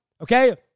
Okay